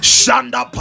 Shanda